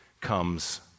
comes